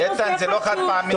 חד פעמי.